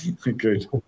Good